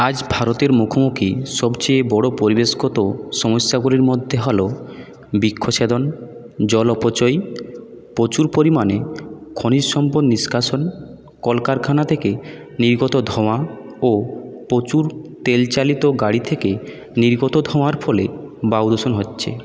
আজ ভারতের মুখোমুখি সবচেয়ে বড়ো পরিবেশগত সমস্যাগুলির মধ্যে হল বৃক্ষছেদন জল অপচই প্রচুর পরিমাণে খনিজ সম্পদ নিষ্কাশন কলকারখানা থেকে নির্গত ধোঁয়া ও প্রচুর তেলচালিত গাড়ি থেকে নির্গত ধোঁয়ার ফলে বায়ুদূষণ হচ্ছে